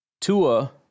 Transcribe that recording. Tua